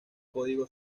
código